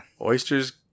Oysters